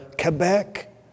Quebec